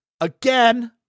again